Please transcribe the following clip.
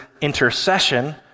intercession